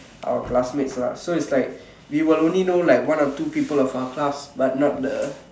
our classmates lah so it's like we will only know like one or two people from our class but not the